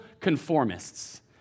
conformists